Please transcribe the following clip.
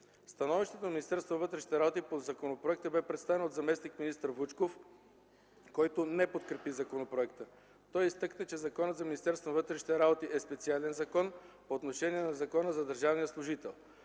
Становището на Министерството на вътрешните работи по законопроекта бе представено от заместник-министър Вучков, който не подкрепи законопроекта. Той изтъкна, че Законът за Министерство на вътрешните работи е специален закон по отношение на Закона за държавния служител.